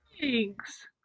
Thanks